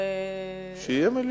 שיהיה מליאה.